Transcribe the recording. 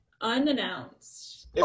Unannounced